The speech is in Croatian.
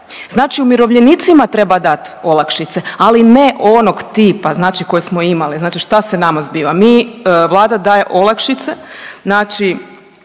znači umirovljenicima treba dat olakšice, ali ne onog tipa koje smo imali. Znači šta se nama zbiva? Mi, vlada daje olakšice na